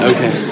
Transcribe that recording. Okay